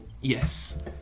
Yes